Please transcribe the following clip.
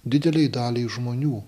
didelei daliai žmonių